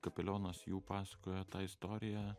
kapelionas jų pasakojo tą istoriją